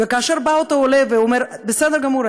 וכאשר בא אותו עולה ואומר: בסדר גמור,